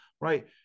right